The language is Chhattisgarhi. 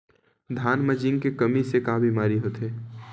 धान म जिंक के कमी से का बीमारी होथे?